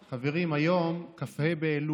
חברים, היום כ"ה באלול,